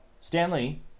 Stanley